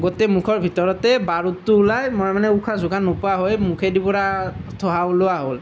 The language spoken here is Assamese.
গোটেই মুখৰ ভিতৰতেই বাৰুদটো ওলাই মই মানে উশাহ চোশাহ নোপোৱা হৈ মুখেদি পূৰা ধোঁৱা ওলোৱা হ'ল